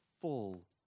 full